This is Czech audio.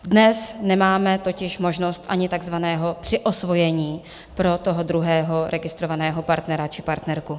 Dnes nemáme totiž možnost ani takzvaného přiosvojení pro toho druhého registrovaného partnera či partnerku.